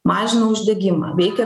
mažina uždegimą veikia